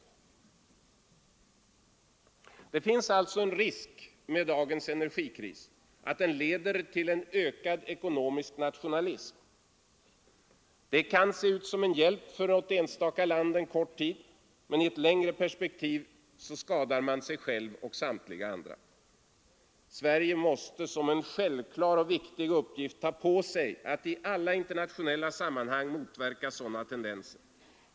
Nr 14 Det finns alltså en risk med dagens energikris — att den leder till en Onsdagen den ökad ekonomisk nationalism. Det kan se ut som en hjälp för något 30 januari 1974 enstaka land en kort tid, men i ett längre perspektiv skadar man sig själv ————— och samtliga andra. Sverige måste ta på sig som en självklar och viktig uppgift att i alla internationella sammanhang motverka sådana tendenser.